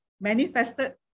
manifested